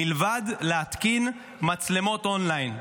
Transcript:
מלבד להתקין מצלמות און-ליין.